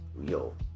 Yo